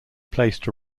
placed